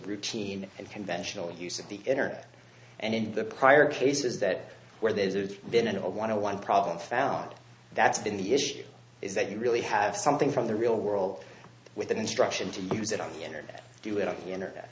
routine and conventional use of the internet and in the prior cases that where there's been an old want to one problem found that's been the issue is that you really have something from the real world with an instruction to use it on energy do it on the internet